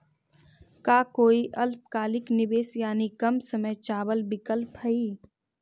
का कोई अल्पकालिक निवेश यानी कम समय चावल विकल्प हई?